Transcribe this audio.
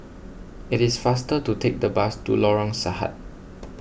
it is faster to take the bus to Lorong Sahad